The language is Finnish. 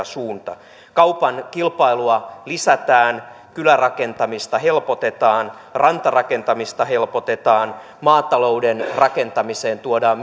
suunta kaupan kilpailua lisätään kylärakentamista helpotetaan rantarakentamista helpotetaan myös maatalouden rakentamiseen tuodaan